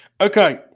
Okay